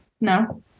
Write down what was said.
No